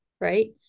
right